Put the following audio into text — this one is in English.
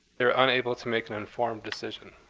they were unable to make an informed decision.